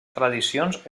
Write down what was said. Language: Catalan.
tradicions